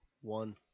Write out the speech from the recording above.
One